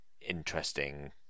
interesting